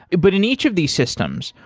but in each of these systems,